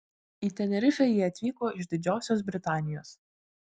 į tenerifę jie atvyko iš didžiosios britanijos